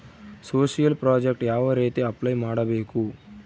Social project ಯಾವ ರೇತಿ apply ಮಾಡಬೇಕು?